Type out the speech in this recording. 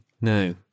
no